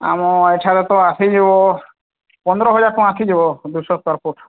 ଆମ ଏଠାର ତ ଆସିଯିବ ପନ୍ଦର ହଜାରେ ଟଙ୍କା ଆସିଯିବ ଦୁଇଶହ ସ୍କୋୟାର୍ ଫୁଟ୍